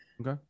Okay